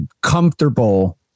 comfortable